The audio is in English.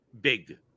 big